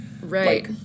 Right